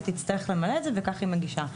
היא תצטרך למלא את זה וכך היא מגישה.